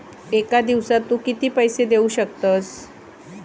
एका दिवसात तू किती पैसे देऊ शकतस?